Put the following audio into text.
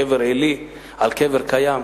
קבר עילי על קבר קיים,